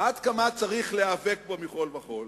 עד כמה צריך להיאבק בו מכול וכול.